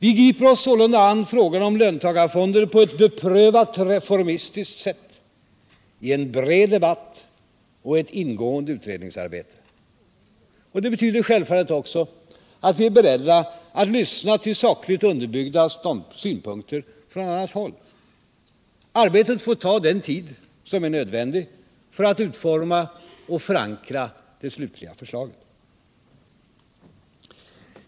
Vi griper oss sålunda an frågorna om löntagarfonder på ett beprövat reformistiskt sätt i en bred debatt och ett Finansdebatt Finansdebatt ingående utredningsarbete. Det betyder självfallet också att vi är beredda att lyssna till sakligt underbyggda synpunkter från annat håll. Arbetet får ta den tid som är nödvändig för att utforma och förankra de slutliga förslagen.